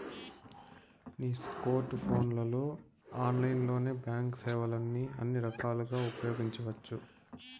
నీ స్కోర్ట్ ఫోన్లలో ఆన్లైన్లోనే బాంక్ సేవల్ని అన్ని రకాలుగా ఉపయోగించవచ్చు